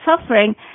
suffering